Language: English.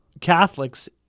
Catholics